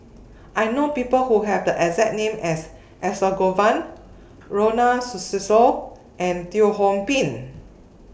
I know People Who Have The exact name as Ronald Susilo and Teo Ho Pin